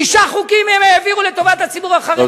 שישה חוקים הם העבירו לטובת הציבור החרדי,